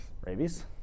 Rabies